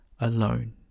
alone